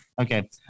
Okay